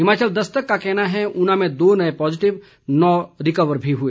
हिमाचल दस्तके का कहना है ऊना में दो नए पॉजिटिव नौ रिकवर भी हुए